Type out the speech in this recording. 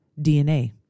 DNA